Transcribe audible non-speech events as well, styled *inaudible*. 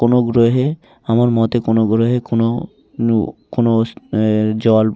কোনো গ্রহে আমার মতে কোনো গ্রহে কোনো কোনো *unintelligible* জল